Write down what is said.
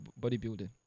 bodybuilding